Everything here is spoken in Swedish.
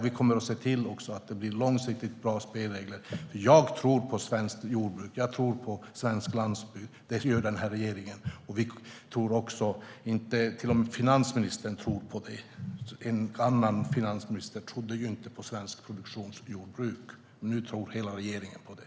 Vi kommer också att se till att det blir långsiktigt bra spelregler, för jag och den här regeringen tror på svenskt jordbruk och svensk landsbygd - till och med finansministern gör det. En annan finansminister trodde ju inte på svenskt produktionsjordbruk. Nu tror hela regeringen på det.